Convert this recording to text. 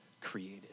created